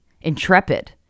Intrepid